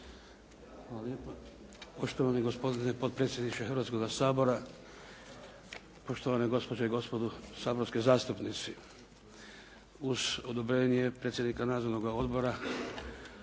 Hvala lijepa. Poštovani gospodine potpredsjedniče Hrvatskoga sabora, poštovane gospođe i gospodo saborski zastupnici. Uz odobrenje predsjednika Nadzornoga odbora